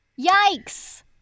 Yikes